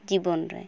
ᱡᱤᱵᱚᱱ ᱨᱮ